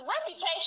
reputation